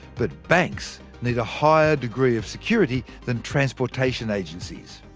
but banks need a higher degree of security than transportation agencies.